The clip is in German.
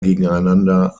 gegeneinander